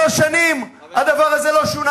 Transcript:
53 שנים הדבר הזה לא שונה,